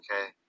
okay